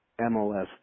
MLS